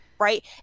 right